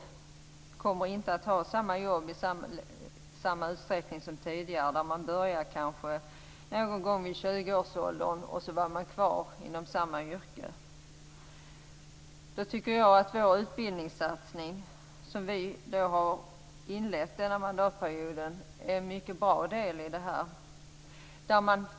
Man kommer inte att ha samma jobb i samma utsträckning som tidigare, då man kanske började någon gång i tjugoårsåldern och sedan var kvar inom samma yrke. Jag tycker att vår utbildningssatsning som vi har inlett denna mandatperiod är en mycket bra del i detta.